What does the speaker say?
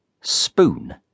Spoon